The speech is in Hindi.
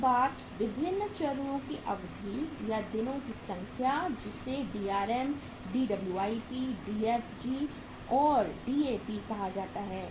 एक बात विभिन्न चरणों की अवधि या दिनों की संख्या है जिसे DRM DWIP DFG और DAP कहा जाता है